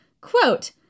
Quote